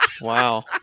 Wow